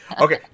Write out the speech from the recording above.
Okay